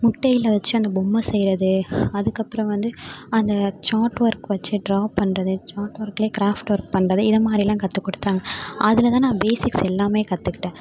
முட்டையில் வச்சு அந்த பொம்மை செய்வது அதுக்கப்புறம் வந்து அந்த சார்ட் ஒர்க் வச்சு டிரா பண்ணுறது சார்ட் ஒர்க்லியே கிராஃப்ட் ஒர்க் பண்ணுறது இது மாதிரிலாம் கற்றுக் கொடுத்தாங்க அதில்தான் நான் பேசிக்ஸ் எல்லாமே கற்றுக்கிட்டேன்